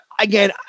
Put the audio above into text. Again